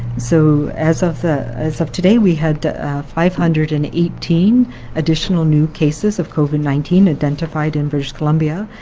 so as of as of today we had five hundred and eighteen additional new cases of covid nineteen identified in british columbia,